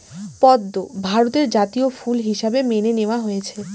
পদ্ম ভারতের জাতীয় ফুল হিসাবে মেনে নেওয়া হয়েছে